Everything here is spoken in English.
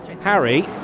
Harry